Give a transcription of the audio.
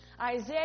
Isaiah